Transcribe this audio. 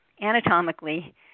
anatomically